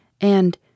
and